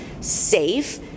safe